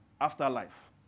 afterlife